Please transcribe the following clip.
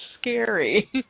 scary